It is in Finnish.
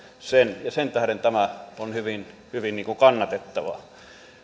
sen ja sen tähden tämä on hyvin hyvin kannatettavaa